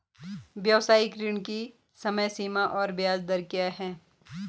व्यावसायिक ऋण की समय सीमा और ब्याज दर क्या है?